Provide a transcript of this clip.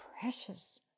precious